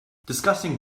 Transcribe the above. discussing